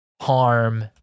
harm